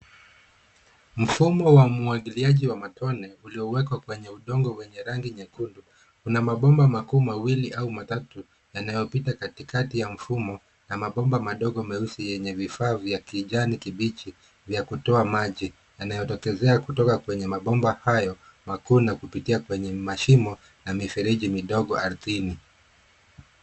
Mfumo wa umwagiliaji wa matone uliowekwa kwenye udongo wenye rangi nyekundu. Kuna mabomba makuu mawili au matatu yanayopita katikati ya mfumo na mabomba madogo meusi yenye vifaa ya kijani kibichi vya kutoa maji yanayotokezea kwenye mabomba hayo makuu na kupitia kwenye mashimo na mifereji midogo ardhini.